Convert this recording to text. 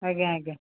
ଆଜ୍ଞା ଆଜ୍ଞା